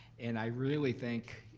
and i really think,